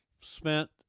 spent